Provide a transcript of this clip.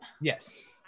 Yes